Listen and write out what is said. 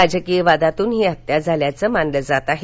राजकीय वादातून ही हत्या झाल्याचं मानलं जात आहे